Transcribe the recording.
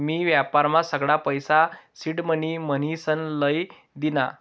मी व्यापारमा सगळा पैसा सिडमनी म्हनीसन लई दीना